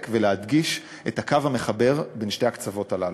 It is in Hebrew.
ולהדגיש את הקו המחבר בין שני הקצוות הללו,